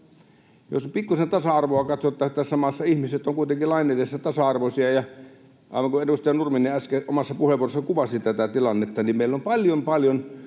nyt pikkusen tasa-arvoa katsottaisiin tässä maassa, kun ihmiset ovat kuitenkin lain edessä tasa-arvoisia. Aivan kuin edustaja Nurminen äsken omassa puheenvuorossaan kuvasi tätä tilannetta, meillä on paljon paljon